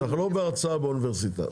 אנחנו לא בהרצאה באוניברסיטה.